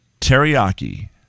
teriyaki